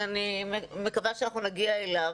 שאני מקווה שאנחנו נגיע אליו,